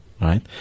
right